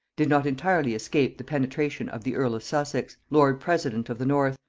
did not entirely escape the penetration of the earl of sussex, lord president of the north,